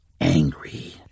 angry